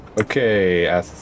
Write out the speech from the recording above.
okay